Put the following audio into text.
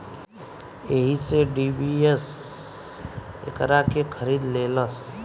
एही से डी.बी.एस एकरा के खरीद लेलस